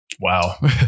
Wow